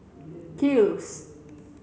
kiehl's